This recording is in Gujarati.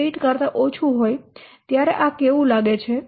38 કરતા ઓછું હોય ત્યારે આ કેવું લાગે છે